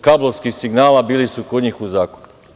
kablovskih signala bili su kod njih u zakupu.